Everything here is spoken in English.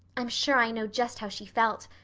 i'm sure i know just how she felt.